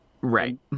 Right